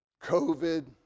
COVID